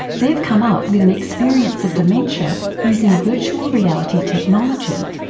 they've come up with an experience of dementia using virtual reality technology,